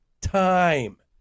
time